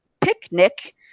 Picnic